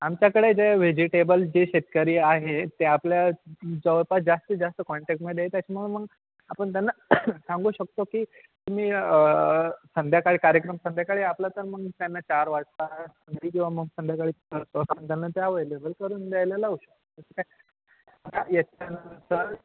आमच्याकडे जे व्हेजिटेबल जे शेतकरी आहे ते आपल्या जवळपास जास्तीत जास्त कॉन्टॅकमध्ये येतात त्याच्यामुळं मग आपण त्यांना सांगू शकतो की तुम्ही संध्याकाळी कार्यक्रम संध्याकाळी आपला तर मग त्यांना चार वाजता घरी किंवा मग संध्याकाळीच आपण त्यांना ते अवेलेबल करून द्यायला लावू शकतो याच्यानंतर